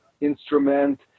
instrument